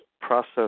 process